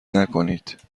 نکنید